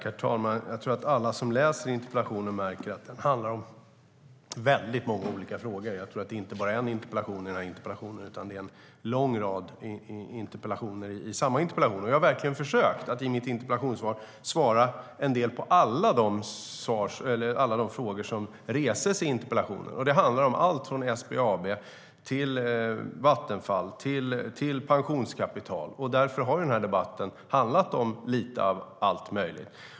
Herr talman! Jag tror att alla som läser interpellationen märker att den handlar om väldigt många olika frågor. Jag tror att det inte bara är en interpellation i den här interpellationen, utan det är en lång rad interpellationer i samma interpellation. Jag har verkligen försökt att i mitt interpellationssvar svara en del på alla de frågor som ställs i interpellationen. Det handlar om allt från SBAB och Vattenfall till pensionskapital. Därför har den här debatten handlat om lite allt möjligt.